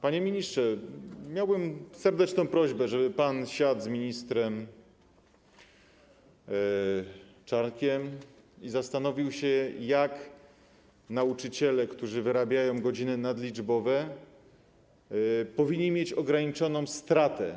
Panie ministrze, miałbym serdeczną prośbę, żeby pan siadł z ministrem Czarnkiem i zastanowił się, jak nauczyciele, którzy wyrabiają godziny nadliczbowe, mają mieć ograniczoną stratę.